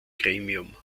gremium